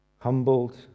humbled